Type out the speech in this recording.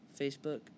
Facebook